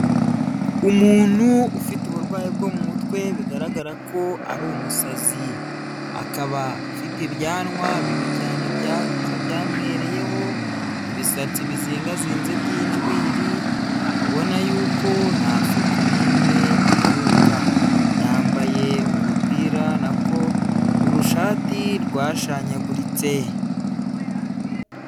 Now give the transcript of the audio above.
Umuntu ufite uburwayi bwo mu mutwe bigaragara ko ari umusazi, akaba afite ibyanwa bibi cyane byakuze byamwereyeho, ibitsi bizingazinze by'injwiwiri ubona yuko nta suku n'imwe aheruka, yambaye urupira nako urushati rwashaguritse.